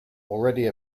already